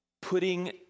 putting